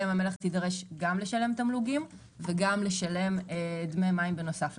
ים המלח תידרש גם לשלם תמלוגים וגם לשלם דמי מים בנוסף.